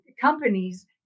companies